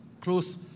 close